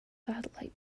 satellite